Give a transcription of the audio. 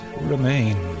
remain